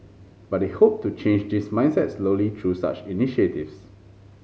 but they hope to change this mindset slowly through such initiatives